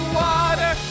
water